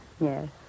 Yes